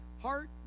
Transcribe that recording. heart